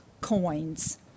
coins